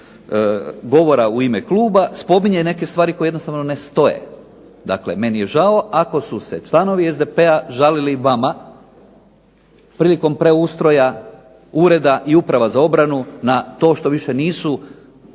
evo govora u ime kluba spominje neke stvari koje jednostavno ne stoje. Dakle meni je žao ako su se članovi SDP-a žalili vama prilikom preustroja ureda i uprava za obranu na to što više nisu šefovi